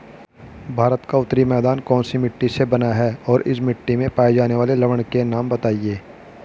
भारत का उत्तरी मैदान कौनसी मिट्टी से बना है और इस मिट्टी में पाए जाने वाले लवण के नाम बताइए?